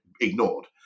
ignored